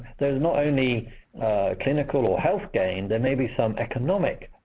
there's not only clinical or health gain, there may be some economic